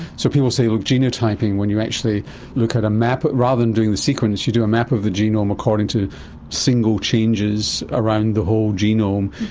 so people say, look, genotyping when you actually look at a map, rather than doing the sequence you do a map of the genome according to single changes around the whole genome,